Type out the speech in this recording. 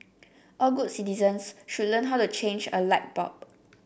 all good citizens should learn how to change a light bulb